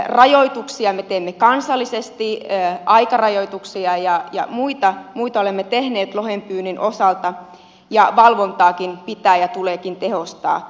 rajoituksia me teemme kansallisesti aikarajoituksia ja muita olemme tehneet lohen pyynnin osalta ja valvontaakin pitää ja tuleekin tehostaa